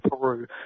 Peru